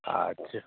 اچھا